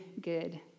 good